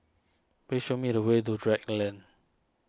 please show me the way to Drake Lane